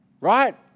right